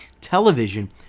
television